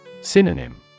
Synonym